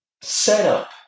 setup